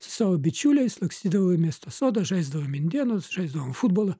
su savo bičiuliais lakstydavau į miesto sodą žaisdavom indėnus žaisdavom futbolą